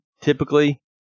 typically